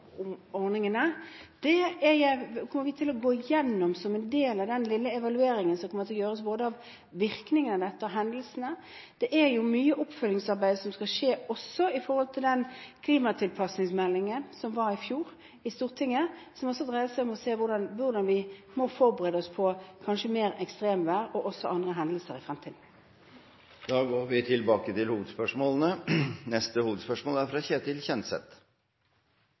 Det kommer vi til å gå gjennom som en del av den lille evalueringen som kommer til å gjøres, både av virkningene av dette og av hendelsene. Det er mye oppfølgingsarbeid som skal skje, også når det gjelder den klimatilpasningsmeldingen som ble behandlet i Stortinget i fjor, som dreide seg om å se på hvordan vi må forberede oss på kanskje mer ekstremvær og også andre hendelser i fremtiden. Da går vi til neste hovedspørsmål.